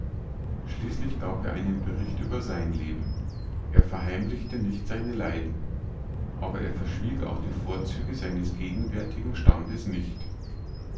schließlich gab er einen bericht über sein leben er verheimlichte nicht seine leiden aber er verschwieg auch die vorzüge seines gegenwärtigen standes nicht